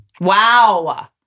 Wow